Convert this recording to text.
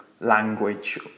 language